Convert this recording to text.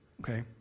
okay